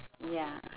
ya